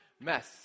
Mess